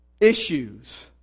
issues